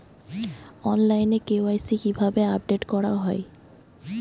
অনলাইনে কে.ওয়াই.সি কিভাবে আপডেট করা হয়?